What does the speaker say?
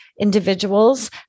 Individuals